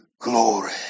Glory